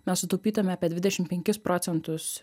mes sutaupytume apie dvidešim penkis procentus